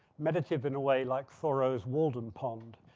meditative in a way like thoreau's walden pond.